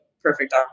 perfect